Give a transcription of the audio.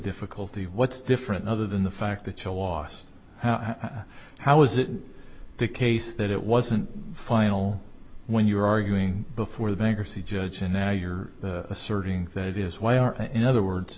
difficulty what's different other than the fact the chill last how is it the case that it wasn't final when you were arguing before the bankruptcy judge and now you're asserting that is why are in other words